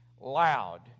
loud